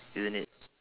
isn't it